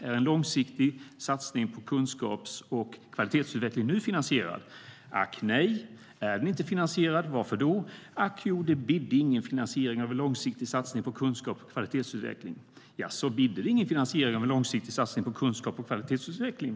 Är en långsiktig satsning på kunskaps och kvalitetsutveckling nu finansierad?- Är den inte finansierad? Varför då?- Ack jo, det bidde ingen finansiering av en långsiktig satsning på kunskaps och kvalitetsutveckling.- Jaså, bidde det ingen finansiering av en långsiktig satsning på kunskaps och kvalitetsutveckling?